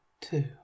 Two